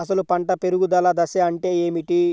అసలు పంట పెరుగుదల దశ అంటే ఏమిటి?